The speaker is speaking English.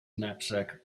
knapsack